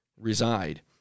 reside